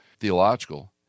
theological